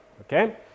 Okay